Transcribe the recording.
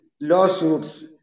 lawsuits